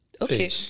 okay